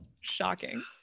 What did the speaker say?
shocking